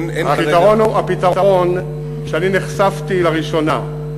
אין כרגע, הפתרון, כשאני נחשפתי לראשונה,